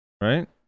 Right